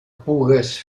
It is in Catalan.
pugues